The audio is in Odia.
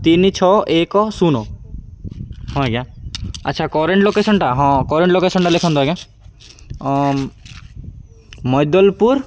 ତିନି ଛଅ ଏକ ଶୂନ ହଁ ଆଜ୍ଞା ଆଚ୍ଛା କରେଣ୍ଟ ଲୋକେସନଟା ହଁ କରେଣ୍ଟ ଲୋକେସନଟା ଲେଖନ୍ତୁ ଆଜ୍ଞା ମୈଦଲପୁର